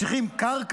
אנחנו צריכים קרקע,